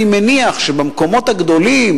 אני מניח שבמקומות הגדולים,